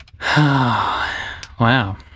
Wow